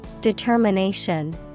Determination